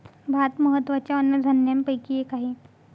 भात महत्त्वाच्या अन्नधान्यापैकी एक आहे